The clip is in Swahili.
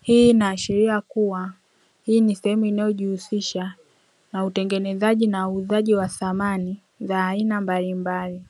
hii inaashiria kuwa hii ni sehemu inayojihusisha na utengenezaji na uuzaji wa samani za aina mbalimbali.